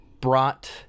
brought